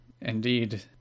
Indeed